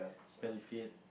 smelly feet